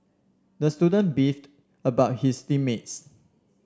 the student beefed about his team mates